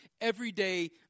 everyday